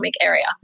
area